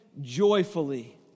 joyfully